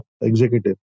executive